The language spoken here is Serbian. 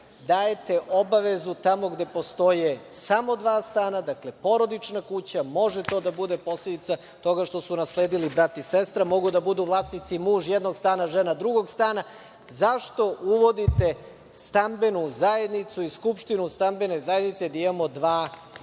dajete obavezu tamo gde postoje samo dva stana, dakle porodična kuća, može to da bude posledica toga što su nasledili brat i sestra, mogu da budu vlasnici muž jednog stana, žena drugog stana? Zašto uvodite stambenu zajednicu i skupštinu u stambenoj zajednici gde imamo dva vlasnika?